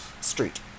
Street